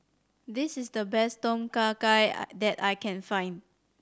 this is the best Tom Kha Gai that I can find